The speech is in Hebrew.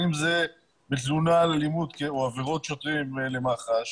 בין אם זה בתלונה על אלימות או עבירות שוטרים למח"ש